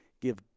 give